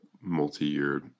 multi-year